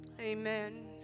Amen